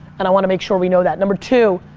and i want to make sure we know that. number two,